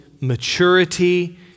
maturity